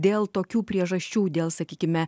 dėl tokių priežasčių dėl sakykime